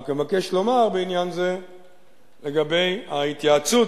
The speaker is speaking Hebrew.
רק אבקש לומר בעניין זה לגבי ההתייעצות